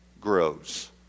grows